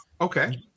Okay